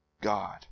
God